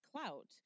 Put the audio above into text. clout